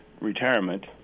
retirement